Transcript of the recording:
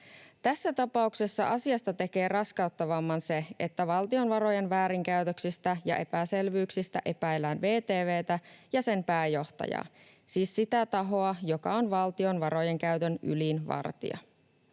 Tässä tapauksessa asiasta tekee raskauttavamman se, että valtion varojen väärinkäytöksistä ja epäselvyyksistä epäillään VTV:tä ja sen pääjohtajaa, siis sitä tahoa, joka on valtion varojen käytön ylin vartija.